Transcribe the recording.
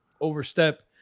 overstep